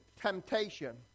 temptation